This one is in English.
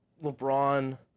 LeBron